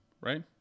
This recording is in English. right